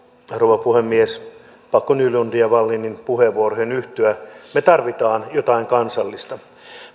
rouva puhemies pakko nylundin ja wallinin puheenvuoroihin on yhtyä me tarvitsemme jotain kansallista